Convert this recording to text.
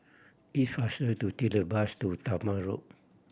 it faster to take the bus to Talma Road